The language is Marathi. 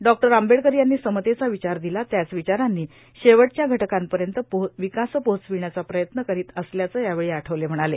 डॉ आंबडेकर यांनी समतेचा विचार दिला त्याच विचारांनी शेवटच्या घटकापर्यंत विकास पोहोचविण्याचा प्रयत्न करीत असल्याचे यावेळी आठवले म्हणाले